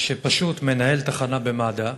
מנהל תחנה במד"א,